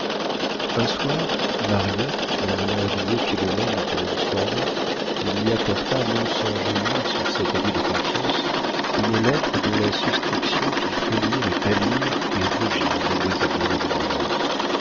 un soir mariette en venant habiller philomène pour une soirée lui apporta non sans gémir sur cet abus de confiance une lettre dont la suscription fit frémir et pâlir et rougir mademoiselle de